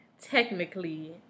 technically